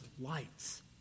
lights